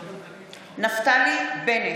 יואב בן צור, מתחייב אני נפתלי בנט,